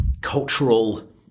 cultural